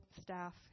staff